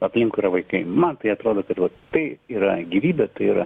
aplinkui yra vaikai man atrodo kad vat tai yra gyvybė tai yra